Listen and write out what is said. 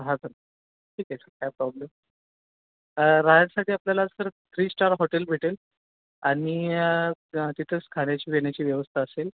हां सर ठीक आहे सर काय प्रॉब्लेम राहण्यासाठी आपल्याला सर थ्री स्टार हॉटेल भेटेल आणि तिथंच खाण्याची बिण्याची व्यवस्था असेल